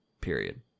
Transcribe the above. Period